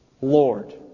Lord